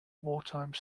wartime